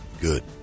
Good